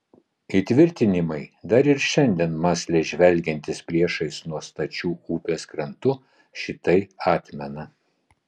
įtvirtinimai dar ir šiandien mąsliai žvelgiantys priešais nuo stačių upės krantų šitai atmena